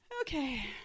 Okay